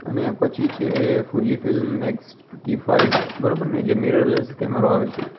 અને પછી છે Fuji film next T five બરાબર ને જે મિરરલૅસ કૅમેરો આવે છે